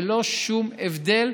ללא שום הבדל,